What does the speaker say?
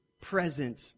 present